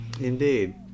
Indeed